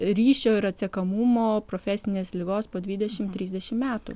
ryšio ir atsekamumo profesinės ligos po dvidešimt trisdešimt metų